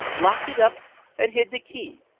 locked it up and hid the key.